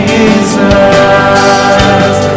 Jesus